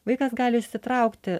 vaikas gali išsitraukti